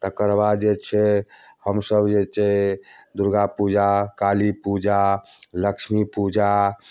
तकर बाद जे छै हमसब जे छै दुर्गापूजा कालीपूजा लक्ष्मीपूजा